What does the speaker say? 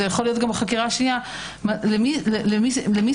זה יכול להיות גם בחקירה השנייה, למי סיפרת.